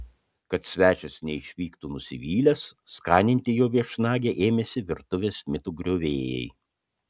kad svečias neišvyktų nusivylęs skaninti jo viešnagę ėmėsi virtuvės mitų griovėjai